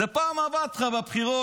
זה פעם עבד לך בבחירות,